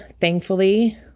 thankfully